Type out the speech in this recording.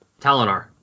Talonar